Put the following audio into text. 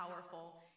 powerful